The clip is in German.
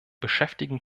beschäftigen